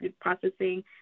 processing